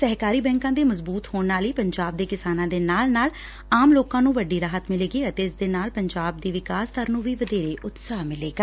ਸਹਿਕਾਰੀ ਬੈਂਕਾਂ ਦੇ ਮਜ਼ਬੁਤ ਹੋਣ ਨਾਲ ਹੀ ਪੰਜਾਬ ਦੇ ਕਿਸਾਨਾਂ ਦੇ ਨਾਲ ਨਾਲ ਆਮ ਲੋਕਾਂ ਨੂੰ ਵੱਡੀ ਰਾਹਤ ਮਿਲੇਗੀ ਅਤੇ ਇਸਦੇ ਨਾਲ ਪੰਜਾਬ ਦੀ ਵਿਕਾਸ ਦਰ ਨੂੰ ਵੀ ਵਧੇਰੇ ਉਤਸ਼ਾਹ ਮਿਲੇਗਾ